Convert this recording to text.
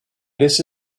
this